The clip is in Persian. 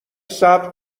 صبر